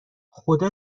خدا